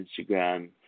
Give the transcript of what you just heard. Instagram